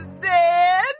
dead